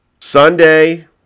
Sunday